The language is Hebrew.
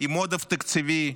עם עודף תקציבי,